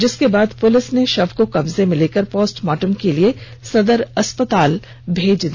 जिसके बाद पुलिस ने शव को कब्जे में लेकर पोस्टमार्टम के लिये सदर अस्पताल भेज दिया